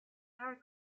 凯尔